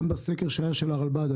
גם בסקר של הרלב"ד,